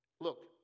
Look